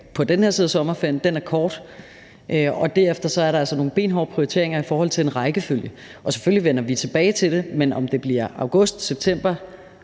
på den her side af sommerferien, er kort, og at der altså derefter er nogle benhårde prioriteringer i forhold til en rækkefølge. Selvfølgelig vender vi tilbage til det, men om det bliver august, september,